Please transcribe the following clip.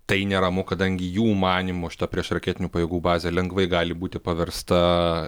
tai neramu kadangi jų manymu šita priešraketinių pajėgų bazė lengvai gali būti paversta